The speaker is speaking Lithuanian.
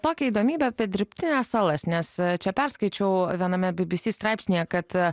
tokią įdomybę apie dirbtines salas nes čia perskaičiau viename bbc straipsnyje kad